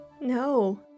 No